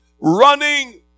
running